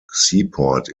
seaport